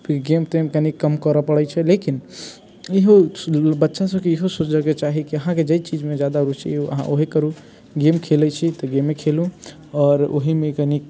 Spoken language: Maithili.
गेम तेम कनी कम करय पड़ैत छै लेकिन इहो सोचय बच्चासभकेँ इहो सोचयके चाही कि हँ अहाँकेँ जाहि चीजमे ज्यादा रुचि अइ अहाँ उएह करू गेम खेलैत छी तऽ गेमे खेलू आओर ओहीमे कनी